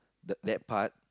the that part